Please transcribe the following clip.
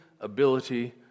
ability